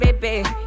baby